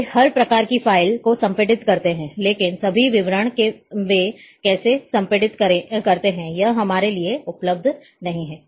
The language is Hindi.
वे हर प्रकार की फ़ाइल को संपीड़ित करते हैं लेकिन सभी विवरण वे कैसे संपीड़ित करते हैं यह हमारे लिए उपलब्ध नहीं है